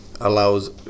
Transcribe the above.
allows